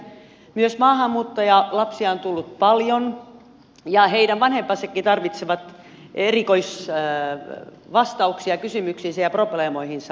myös maahanmuuttajalapsia on tullut paljon ja heidän vanhempansakin tarvitsevat erikoisvastauksia kysymyksiinsä ja probleemoihinsa